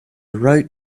rode